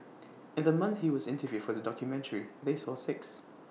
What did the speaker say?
in the month he was interviewed for the documentary they saw six